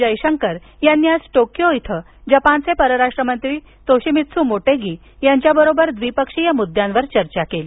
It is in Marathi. जयशंकर यांनी आज टोकियो इथं जपानचे परराष्ट्र मंत्री तोशिमित्सू मोटेगी यांच्यासोबत द्विपक्षीय मुद्द्यांवर चर्चा केली